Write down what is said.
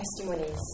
...testimonies